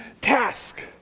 task